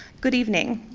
good evening.